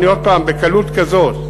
עוד הפעם, בקלות כזאת,